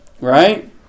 Right